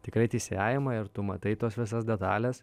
tikrai teisėjavimą ir tu matai tos visas detales